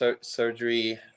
surgery